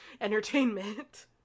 entertainment